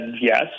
yes